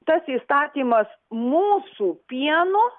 tas įstatymas mūsų pienu